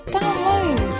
Download